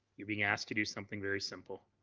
you are being asked to do something very simple.